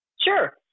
Sure